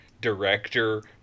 director